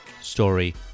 story